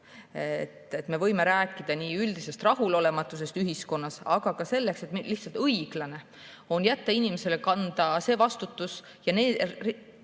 on. Me võime rääkida üldisest rahulolematusest ühiskonnas, aga ka sellest, et lihtsalt õiglane on jätta inimese kanda see vastutus nende